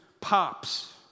Pops